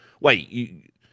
wait